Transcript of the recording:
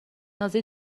نازی